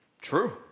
True